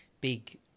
big